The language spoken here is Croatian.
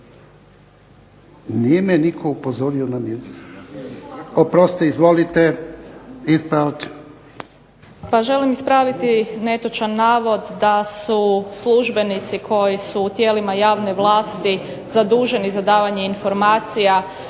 nije me nitko upozorio na ... Oprostite izvolite, ispravak. **Holy, Mirela (SDP)** Pa želim ispraviti netočan navod da su službenici koji su u tijelima javnih vlasti zaduženi za davanje informacija